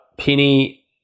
Penny